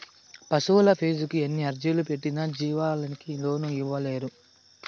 పశువులాఫీసుకి ఎన్ని అర్జీలు పెట్టినా జీవాలకి లోను ఇయ్యనేలేదు